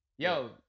Yo